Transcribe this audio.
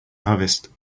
harvest